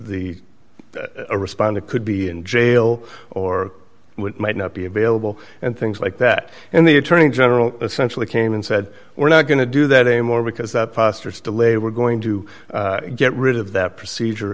the respondent could be in jail or might not be available and things like that and the attorney general essentially came and said we're not going to do that anymore because that fosters delay we're going to get rid of that procedure